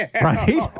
Right